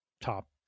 top